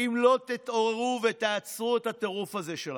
אם לא תתעוררו ותעצרו את הטירוף הזה שלכם.